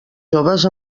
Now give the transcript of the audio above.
joves